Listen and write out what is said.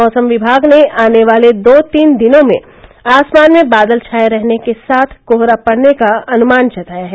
मैसम विभाग ने आने वाले दो तीन दिनों में आसमान में बादल छाये रहने के साथ कोहरा पड़ने का अनुमान जताया है